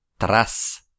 Tras